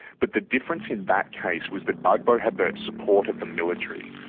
but the difference in that case was that gbagbo had the support of the military,